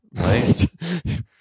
Right